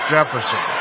Jefferson